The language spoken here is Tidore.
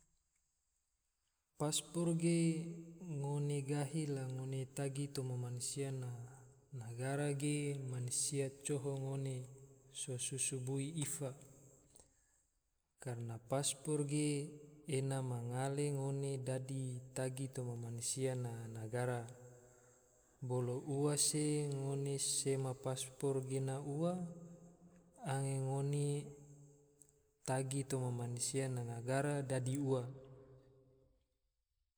Pasport ge ngone gahi la ngone tagi toma mansia na negara ge, mansia coho ngone so susu bui ifa, karna pasport ge ena ma ngale ngone dadi tagi toma mansia na negara, bolo ua swe ngone sema pasport gena ua, angge ngone tagi toma mansia na negara dadi ua